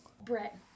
Brett